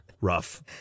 rough